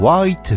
White